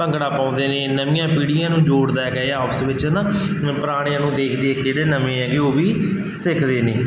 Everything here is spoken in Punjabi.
ਭੰਗੜਾ ਪਾਉਂਦੇ ਨੇ ਨਵੀਆਂ ਪੀੜ੍ਹੀਆਂ ਨੂੰ ਜੋੜਦਾ ਹੈਗਾ ਇਹ ਆਪਸ ਵਿੱਚ ਨਾ ਜਿਵੇਂ ਪੁਰਾਣਿਆਂ ਨੂੰ ਦੇਖ ਦੇਖ ਕੇ ਜਿਹੜੇ ਨਵੇਂ ਹੈਗੇ ਉਹ ਵੀ ਸਿੱਖਦੇ ਨੇ